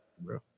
Bro